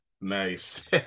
Nice